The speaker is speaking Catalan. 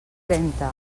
lenta